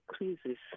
increases